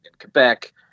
Quebec